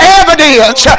evidence